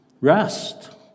rest